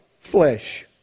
Flesh